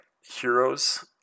heroes